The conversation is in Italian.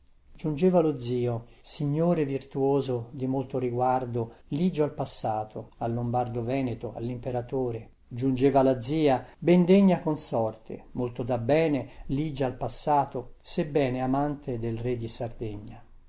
giungeva lo zio signore virtuoso di molto riguardo ligio al passato al lombardo veneto allimperatore giungeva la zia ben degna consorte molto dabbene ligia al passato sebbene amante del re di sardegna